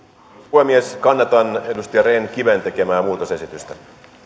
puhemies kannatan edustaja rehn kiven tekemää muutosesitystä